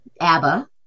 Abba